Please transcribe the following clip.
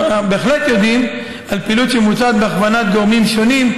אנחנו בהחלט יודעים על פעילות שמבוצעת בהכוונת גורמים שונים,